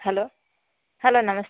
hello hello ನಮಸ್ತೆ